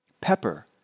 pepper